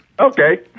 Okay